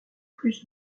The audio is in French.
plus